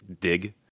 Dig